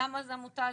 למה העמותה הזאת.